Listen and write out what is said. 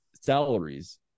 salaries